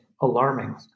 alarming